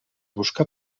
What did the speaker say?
buscar